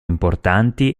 importanti